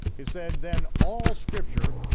it's said, then, all scripture,